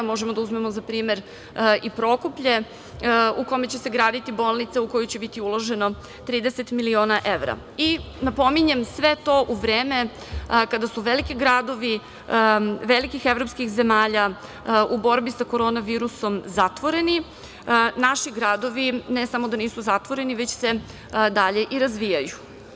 Možemo da uzmemo za primer i Prokuplje u kome će se graditi bolnica u kojoj će biti uloženo 30 miliona evra i napominjem sve to u vreme kada su veliki gradovi velikih evropskih zemalja u borbi sa korona virusom zatvoreni, naši gradovi ne samo da nisu zatvoreni, već se dalje i razvijaju.